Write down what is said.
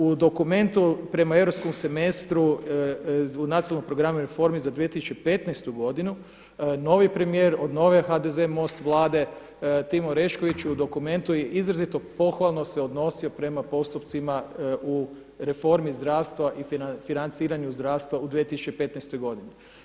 U dokumentu prema europskom semestru u nacionalnom programu reformi za 2015. godinu novi premijer od nove HDZ-MOST Vlade Tim Orešković u dokumentu je izrazito pohvalno se odnosio prema postupcima u reformi zdravstva i financiranju zdravstva u 2015. godini.